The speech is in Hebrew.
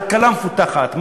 כלכלה מפותחת,